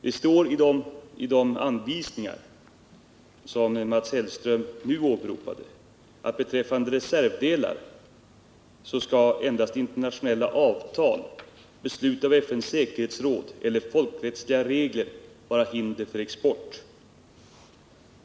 Det står i de anvisningar som Mats Hellström nu åberopat att beträffande reservdelar skall endast internationella avtal, beslut av FN:s säkerhetsråd eller folkrättsliga regler vara hinder för export.